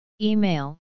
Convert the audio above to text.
Email